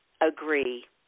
agree